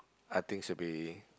I think should be